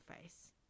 face